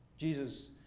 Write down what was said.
Jesus